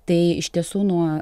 tai iš tiesų nuo